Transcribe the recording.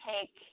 take